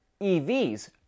EVs